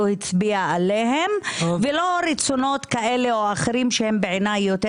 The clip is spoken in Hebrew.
הצביע עליהם ולא רצונות כאלה או אחרים שבעיניי יותר